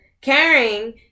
caring